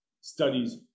studies